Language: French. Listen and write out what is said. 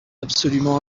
absolument